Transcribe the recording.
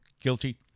Guilty